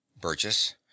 Burgess